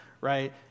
right